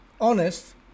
honest